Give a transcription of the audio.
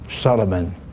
Solomon